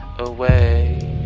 away